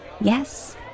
Yes